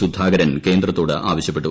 സുധാകരൻ കേന്ദ്രത്തോട് ആവശ്യപ്പെട്ടു